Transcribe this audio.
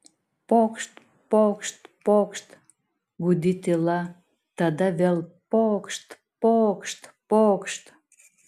pokšt pokšt pokšt gūdi tyla tada vėl pokšt pokšt pokšt